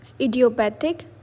idiopathic